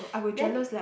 then